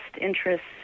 interests